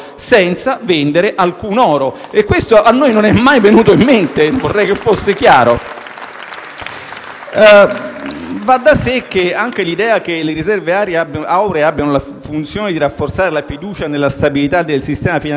E anoi questo non è mai venuto in mente: vorrei che fosse chiaro. Va da sé che anche l'idea che le riserve auree abbiano la funzione di rafforzare la fiducia nella stabilità del sistema finanziario